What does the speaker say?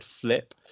Flip